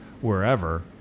wherever